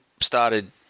started